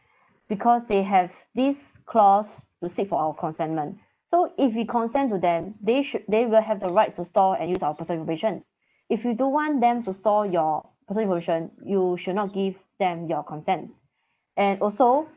because they have this clause to seek for our consentment so if we consent to them they should they will have the rights to store and use our personal informations if you don't want them to store your personal information you should not give them your consent and also